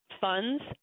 funds